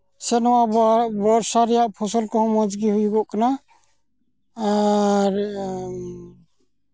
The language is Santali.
ᱥᱮ ᱱᱚᱣᱟ ᱵᱚᱨᱥᱟ ᱨᱮᱭᱟᱜ ᱯᱷᱚᱥᱚᱞ ᱠᱚᱦᱚᱸ ᱢᱚᱡᱽ ᱜᱮ ᱦᱩᱭᱩᱜᱚᱜ ᱠᱟᱱᱟ ᱟᱨ